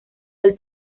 del